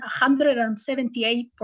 178%